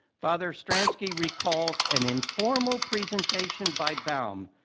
father stransky recalls an informal presentation by baum,